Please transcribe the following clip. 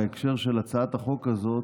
בהקשר של הצעת החוק הזאת,